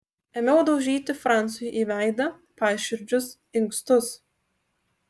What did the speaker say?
ėmiau daužyti francui į veidą paširdžius inkstus